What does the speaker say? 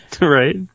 Right